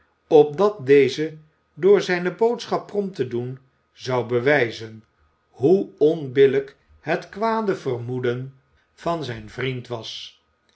opdat deze door zijne boodschap prompt te doen zou bewijzen hoe onbillijk het kwade vermoeden van zijn vriend was